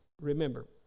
remember